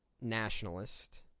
nationalist